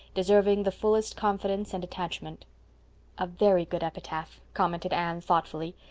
deserving the fullest confidence and attachment a very good epitaph, commented anne thoughtfully.